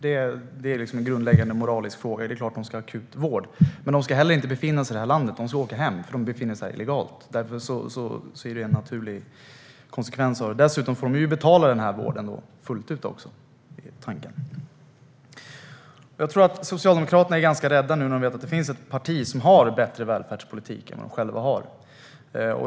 Det är en grundläggande moralisk fråga. Det är klart att de ska ha akut vård. Men de ska inte befinna sig i det här landet. De ska åka hem, för de befinner sig här illegalt. Det är en naturlig konsekvens. Dessutom får de betala vården fullt ut, är tanken. Jag tror att Socialdemokraterna är ganska rädda nu när de vet att det finns ett parti som har bättre välfärdspolitik än vad de själva har.